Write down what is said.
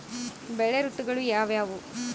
ಬೆಳೆ ಋತುಗಳು ಯಾವ್ಯಾವು?